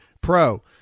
Pro